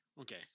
Okay